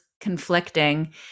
conflicting